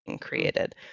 created